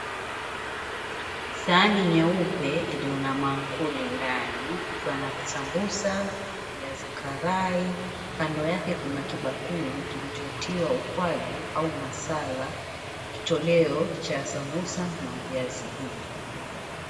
Sahani nyeupe iliyo na maakuli ndani ikiwa na visambusa, viazi karai. Kando yake kuna kibakuli kilichotiwa ukwaju au masala, kitoleo cha sambusa na viazi hivi.